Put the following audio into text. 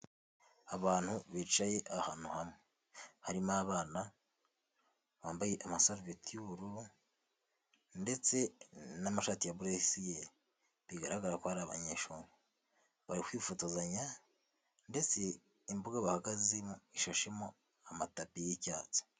Abantu bicaye ahantu hamwe harimo abana bambaye amasarubeti y'ubururu ndetse n'amashati ya burusiyeri bigaragara ko hari abana bari kwifotozanya bahagaze mu ishashi n'amatapi y'icyatsi.